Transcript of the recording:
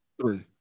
three